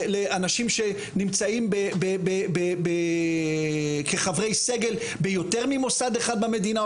לאנשים שנמצאים כחברי סגל ביותר ממוסד אחד במדינה,